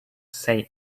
say